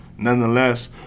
Nonetheless